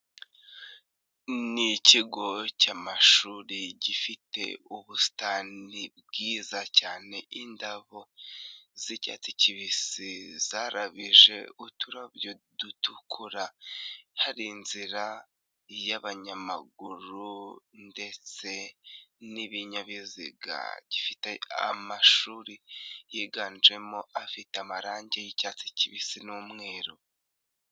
Ni ikigo cy'amashuri gifite ubusitani bwiza cyane, indabo z'icyatsi kibisi zarabije uturabyo dutukura, hari inzira y'abanyamaguru ndetse n'ibinyabiziga, gifite amashuri yiganjemo afite amarangi y'icyatsi kibisi n'umweru.